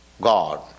God